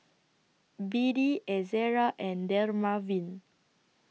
B D Ezerra and Dermaveen